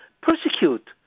persecute